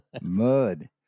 mud